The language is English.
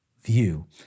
view